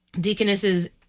deaconesses